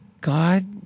God